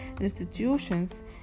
institutions